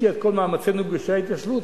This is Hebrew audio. ונשקיע את כל מאמצינו בגושי ההתיישבות,